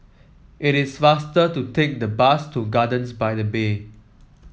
it is faster to take the bus to Gardens by the Bay